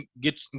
get